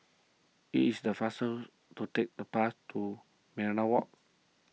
it is the faster to take the bus to Minaret Walk